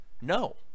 No